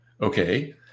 Okay